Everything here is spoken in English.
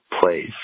place